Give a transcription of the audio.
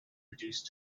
reduced